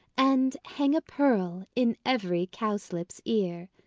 and hang a pearl in every cowslip's ear.